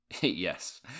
Yes